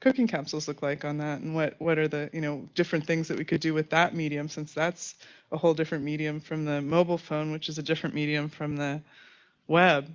cooking councils look like on that? and what what are the, you know, different things that we could do with that medium since that's a whole different medium from the mobile phone which is a different medium from the web,